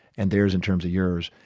and theirs in terms of yours,